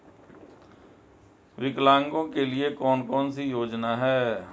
विकलांगों के लिए कौन कौनसी योजना है?